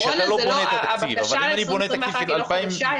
הבקשה ל-2021 היא לא חדשה,